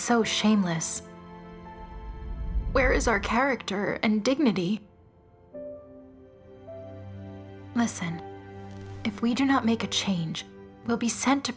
so shameless where is our character and dignity less and if we do not make a change will be sent to